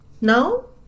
No